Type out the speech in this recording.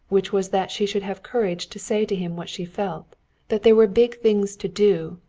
which was that she should have courage to say to him what she felt that there were big things to do,